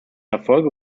erfolge